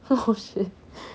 oh shit